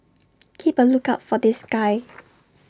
keep A lookout for this guy